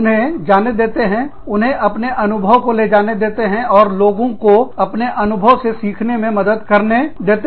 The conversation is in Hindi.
उन्हें जाने दे उन्हें अपने अनुभव ले जाने दे और लोगों लोगों को अपने अनुभव से सीखने में मदद करने दो